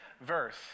verse